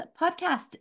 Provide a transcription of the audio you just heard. podcast